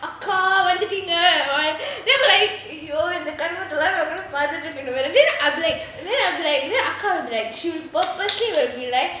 அக்கா வந்துடீங்க:akka vanthuteenga then I'm like !aiyo! இந்த கருமத்தைலாம் நான் உட்கார்ந்து பார்த்துட்டுருக்கணும்:intha karumathailaam naan utkarnthu paarthuturukanum then I'm like then அக்கா:akka will be like she'll purposely will be like